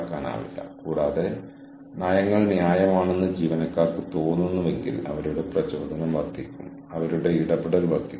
നെറ്റ്വർക്കിന്റെ തലത്തിൽ ഉയർന്നുവരുന്ന റിസോഴ്സിംഗ് പോലുള്ള ചില സമ്പ്രദായങ്ങളോടെ സ്ഥാപനത്തിന്റെ തലത്തിൽ HRM സമ്പ്രദായങ്ങൾ നിലവിലുണ്ട്